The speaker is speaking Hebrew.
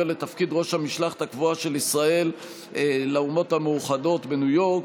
לתפקיד ראש המשלחת הקבועה של ישראל לאומות המאוחדות בניו-יורק,